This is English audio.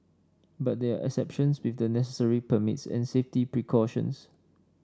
but there are exceptions with the necessary permits and safety precautions